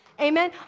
Amen